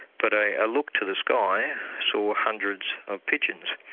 but a look to the sky saw hundreds of pigeons,